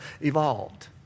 evolved